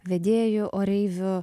vedėju oreiviu